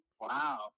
Wow